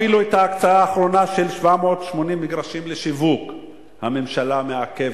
אפילו את ההקצאה האחרונה לשיווק של 780 מגרשים הממשלה מעכבת,